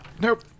Nope